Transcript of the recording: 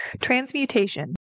Transmutation